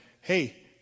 hey